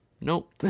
Nope